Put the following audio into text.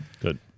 Good